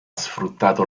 sfruttato